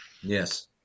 Yes